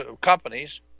companies